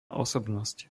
osobnosť